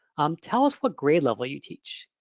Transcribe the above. um tell us what grade level you teach?